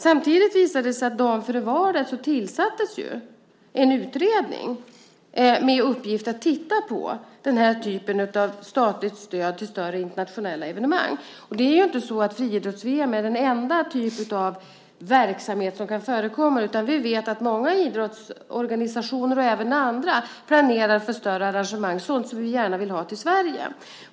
Samtidigt visade det sig att det dagen före valet tillsattes en utredning med uppgift att titta på den här typen av statligt stöd till större internationella evenemang. Det är ju inte så att friidrotts-VM är den enda typ av verksamhet som kan förekomma, utan vi vet att många idrottsorganisationer och även andra planerar för större arrangemang - sådant som vi gärna vill ha till Sverige.